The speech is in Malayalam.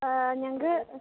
ആ ഞങ്ങൾക്ക്